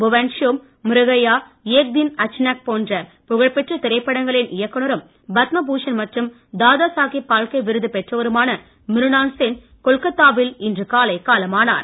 புவன் ஷோம் மிருகயா ஏக் தின் அசானக் போன்ற புகழ் பெற்ற திரைப்படங்களின் இயக்குனரும் பத்ம பூஷன் மற்றும் தாதா சாகேப் பால்கே விருது பெற்றவருமான மிருனாள் சென் கொல்கத்தாவில் இன்று காலை காலமானார்